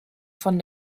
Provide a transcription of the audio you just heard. von